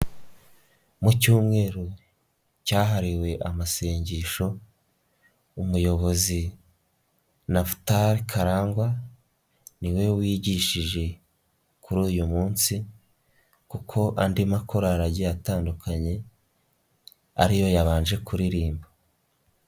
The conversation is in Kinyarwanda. Mu cyumweru, cyahariwe amasengesho, umuyobozi, Naphtal KARANGWA, niwe wigishije, kuri uyu munsi, kuko andi makorari agiye atandukanye, ariyo yabanje kuririmba.